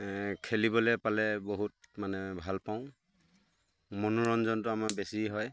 এ খেলিবলৈ পালে বহুত মানে ভাল পাওঁ মনোৰঞ্জনটো আমাৰ বেছি হয়